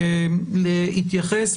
להתייחס,